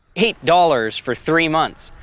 eight dollars for three months.